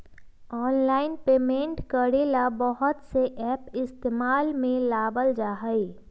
online payment करे ला बहुत से एप इस्तेमाल में लावल जा हई